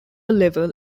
level